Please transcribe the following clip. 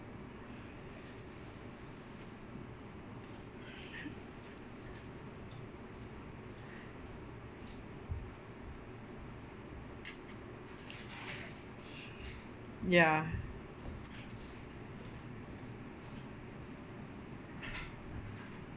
ya